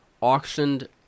auctioned